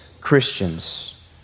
Christians